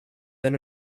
then